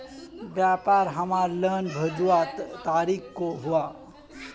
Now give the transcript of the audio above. व्यापार हमार लोन भेजुआ तारीख को हुआ?